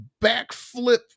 backflip